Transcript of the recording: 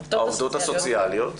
העובדות הסוציאליות,